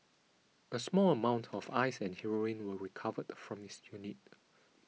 a small amount of ice and heroin were recovered from his unit